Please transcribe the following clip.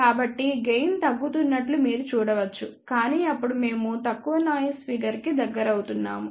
కాబట్టి గెయిన్ తగ్గుతున్నట్లు మీరు చూడవచ్చు కాని అప్పుడు మేము తక్కువ నాయిస్ ఫిగర్ కి దగ్గరవుతున్నాము